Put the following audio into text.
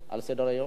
סדר-היום.